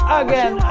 again